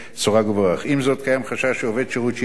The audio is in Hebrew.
קיים חשש שעובד שירות שיצא מהארץ לא ישוב אליה.